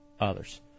others